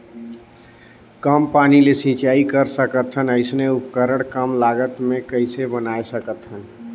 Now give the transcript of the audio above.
कम पानी ले सिंचाई कर सकथन अइसने उपकरण कम लागत मे कइसे बनाय सकत हन?